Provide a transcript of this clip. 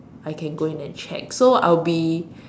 I can go in and check so I'll be